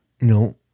No